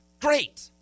great